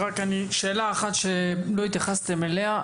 שאלה אחת שלא התייחסתם אליה.